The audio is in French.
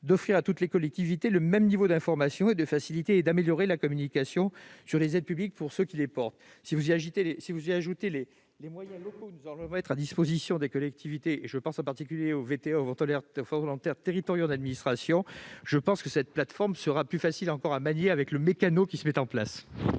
d'offrir à toutes les collectivités le même niveau d'information et de faciliter et d'améliorer la communication sur les aides publiques pour ceux qui les portent. Si vous y ajoutez les moyens locaux que nous allons mettre à disposition des collectivités- je pense en particulier aux VTA, les volontaires territoriaux en administration -, je pense que cette plateforme sera plus facile encore à manier avec le meccano qui se met en place.